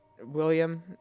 William